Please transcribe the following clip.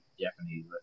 Japanese